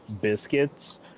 biscuits